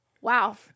wow